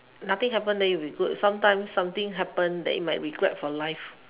nothing happen then you will be good sometimes something happen that you might regret for life